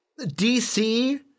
DC